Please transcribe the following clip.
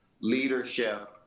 leadership